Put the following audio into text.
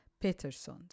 Peterson